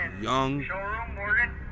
young